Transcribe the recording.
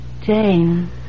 Jane